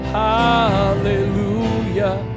hallelujah